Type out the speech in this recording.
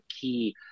key